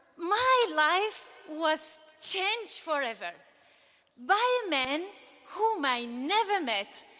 my life was changed forever by a man whom i never met,